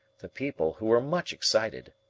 the people, who were much excited,